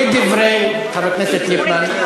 לדברי חבר הכנסת ליפמן.